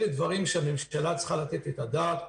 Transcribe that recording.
אלה דברים שהממשלה צריכה לתת את הדעת עליהם.